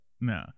No